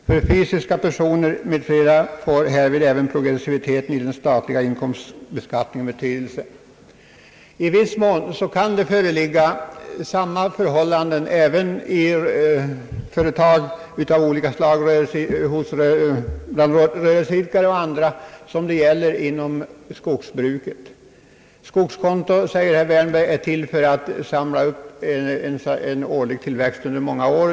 För fysiska personer m.fl. får härvid även progressiviteten i den statliga inkomstbeskattningen betydelse.» I viss utsträckning kan samma förhållanden som inom skogsbruket även föreligga för företag av olika slag, bl.a. rörelseidkare. Skogskonto, säger herr Wärnberg, är till för att där samla upp inkomsterna från den årliga tillväxten under många år.